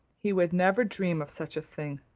he would never dream of such a thing.